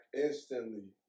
instantly